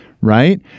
Right